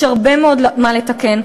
יש הרבה מאוד מה לתקן.